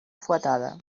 fuetada